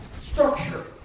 structure